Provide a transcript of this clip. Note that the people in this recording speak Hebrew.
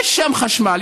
יש שם חשמל,